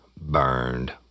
burned